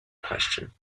question